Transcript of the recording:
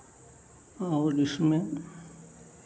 और इसमें